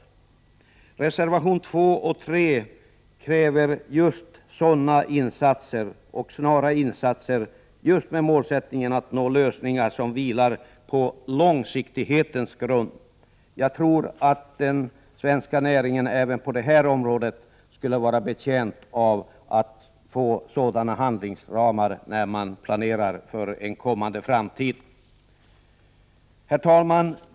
I reservationerna 2 och 3 krävs snara insatser just med målet att nå lösningar som vilar på långsiktighetens grund. Jag tror att den svenska näringen även på detta område skulle vara betjänt av att få sådana handlingsramar när man planerar för framtiden. Herr talman!